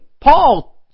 Paul